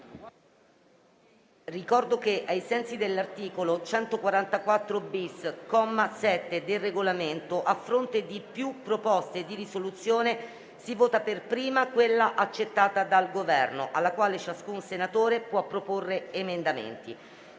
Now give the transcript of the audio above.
Ricordo che, ai sensi dell'articolo 144-*bis*, comma 7 del Regolamento, a fronte di più proposte di risoluzione, si vota per prima quella accettata dal Governo, alla quale ciascun senatore può proporre emendamenti.